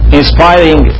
inspiring